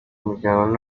muryango